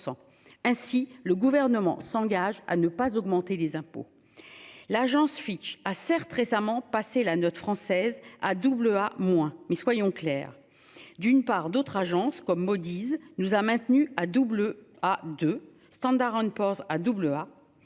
Ainsi, le gouvernement s'engage à ne pas augmenter les impôts. L'agence Fitch a certes récemment passé la note française à double à moins. Mais soyons clairs. D'une part d'autres agences comme Moody's nous a maintenus à double ah de Standard and Poor's a